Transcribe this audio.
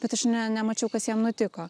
bet aš ne nemačiau kas jam nutiko